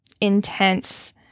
intense